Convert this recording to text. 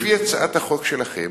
לפי הצעת החוק שלכם,